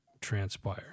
transpire